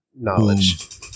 knowledge